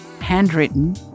handwritten